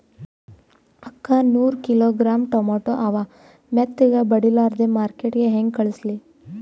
ಅಕ್ಕಾ ನೂರ kilogram tomato ಅವ, ಮೆತ್ತಗಬಡಿಲಾರ್ದೆ ಮಾರ್ಕಿಟಗೆ ಹೆಂಗ ಕಳಸಲಿ?